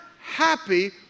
happy